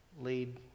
lead